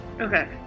Okay